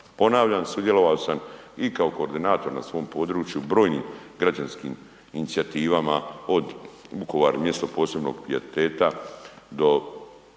Ponavljam, sudjelovao sam i kao koordinator na svom području brojnim građanskim inicijativama od „Vukovar, mjesto posebnog pijeteta“ do „Birajmo